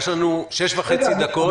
יש לנו 6.5 דקות.